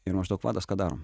ir maždaug vadas ką darom